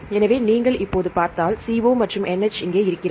எனவே நீங்கள் இப்போது பார்த்தால் CO மற்றும் NH இங்கே இருக்கிறது